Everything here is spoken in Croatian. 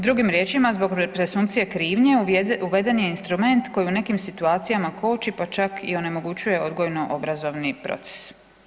Drugim riječima, zbog presumpcije krivnje uveden je instrument koji u nekim situacijama koči pa čak i onemogućuje odgojno obrazovni proces.